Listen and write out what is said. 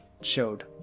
showed